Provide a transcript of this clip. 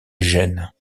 gênes